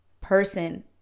person